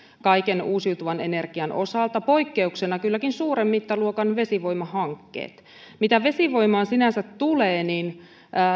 kaiken uusiutuvan energian osalta poikkeuksena kylläkin suuren mittaluokan vesivoimahankkeet mitä vesivoimaan sinänsä tulee niin